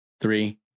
three